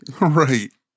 Right